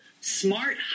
Smart